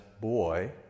boy